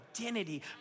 identity